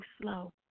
slow